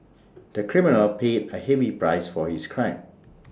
the criminal paid A heavy price for his crime